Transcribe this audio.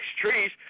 trees